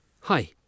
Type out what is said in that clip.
Hi